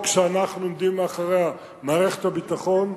שאנחנו עומדים מאחוריה במערכת הביטחון,